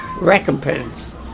recompense